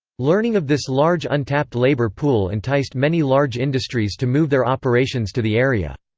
learning of this large untapped labor pool enticed many large industries to move their operations to the area.